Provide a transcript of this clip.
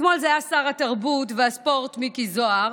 אתמול זה היה שר התרבות והספורט מיקי זוהר,